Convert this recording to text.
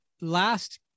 last